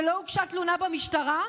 ולא הוגשה תלונה במשטרה,